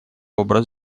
образ